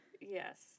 yes